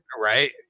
Right